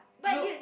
so